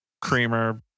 creamer